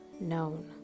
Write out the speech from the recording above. known